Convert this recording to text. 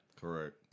Correct